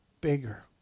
bigger